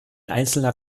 einzelner